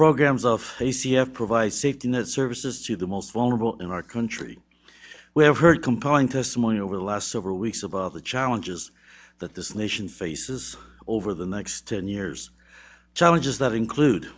programs of a c f provide safety net services to the most vulnerable in our country we have heard compelling testimony over the last several weeks about the challenges that this nation faces over the next ten years challenges that include